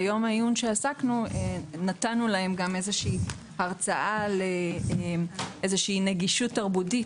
ביום העיון נתנו להם גם איזו שהיא הרצאה על נגישות תרבותית,